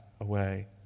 away